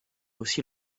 aussi